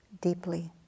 deeply